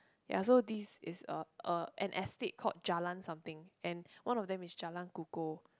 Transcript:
ya so this is a a an estate called Jalan something and one of them is Jalan-Kukoh